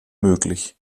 möglich